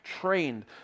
trained